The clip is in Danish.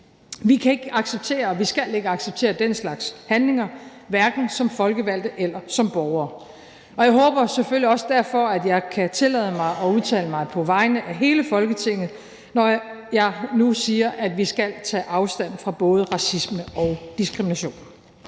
vi skal ikke acceptere den slags handlinger, hverken som folkevalgte eller som borgere. Jeg håber selvfølgelig også derfor, jeg kan tillade mig at udtale mig på vegne af hele Folketinget, når jeg nu siger, at vi skal tage afstand fra både racisme og diskrimination.